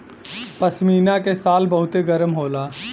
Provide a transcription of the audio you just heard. पश्मीना के शाल बहुते गरम होला